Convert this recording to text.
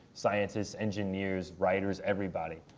scientists, engineers, writers, everybody.